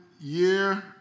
year